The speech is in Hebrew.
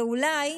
ואולי